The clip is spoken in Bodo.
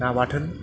ना बाथोन